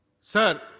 Sir